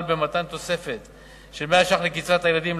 במתן תוספת של 100 ש"ח לקצבת הילדים,